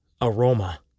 aroma